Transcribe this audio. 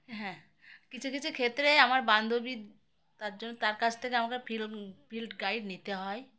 হ্যাঁ কিছু কিছু ক্ষেত্রে আমার বান্ধবী তার জন্য তার কাছ থেকে আমাকে ফিল্ড ফিল্ড গাইড নিতে হয়